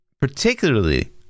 particularly